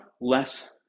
less